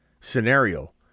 scenario